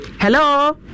Hello